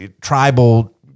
tribal